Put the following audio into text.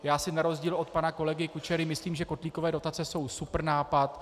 Já si na rozdíl od pana kolegy Kučery myslím, že kotlíkové dotace jsou super nápad.